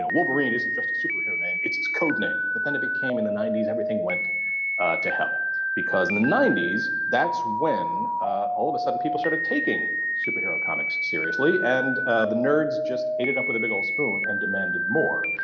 wolverine isn't just a superhero name, it's his code name. but then it became in the ninety s, everything went to hell because in the ninety s that's when all of a sudden people started taking superhero comics seriously and ah the nerds just ate it up with a big spoon and demanded more.